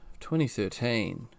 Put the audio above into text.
2013